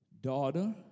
daughter